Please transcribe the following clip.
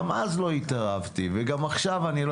גם אז לא התערבתי וגם עכשיו אני לא